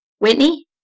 Whitney